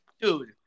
Dude